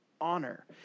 honor